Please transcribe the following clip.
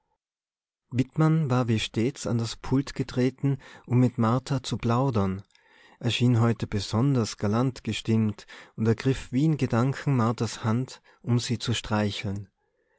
wittmann war wie stets an das pult getreten um mit martha zu plaudern er schien heute besonders galant gestimmt und ergriff wie in gedanken marthas hand um sie zu streicheln